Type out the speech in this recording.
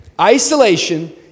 Isolation